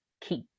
keep